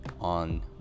on